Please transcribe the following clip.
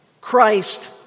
Christ